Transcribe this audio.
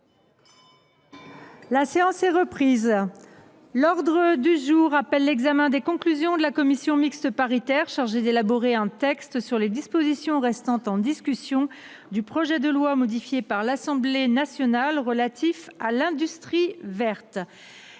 La séance est reprise. L’ordre du jour appelle l’examen des conclusions de la commission mixte paritaire chargée d’élaborer un texte sur les dispositions restant en discussion du projet de loi, modifié par l’Assemblée nationale, relatif à l’industrie verte